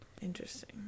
interesting